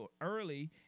early